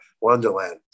Wonderland